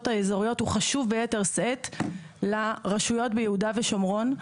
האזוריות הוא חשוב ביתר שאת לרשויות ביהודה ושומרון,